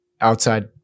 outside